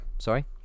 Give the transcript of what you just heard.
Sorry